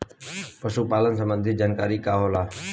पशु पालन संबंधी जानकारी का होला?